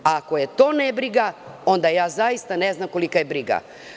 Ako je to nebriga, onda ja zaista ne znam kolika je briga?